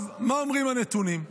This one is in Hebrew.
מה אומרים הנתונים?